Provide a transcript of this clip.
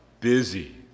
Busy